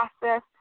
process